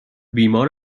بیمار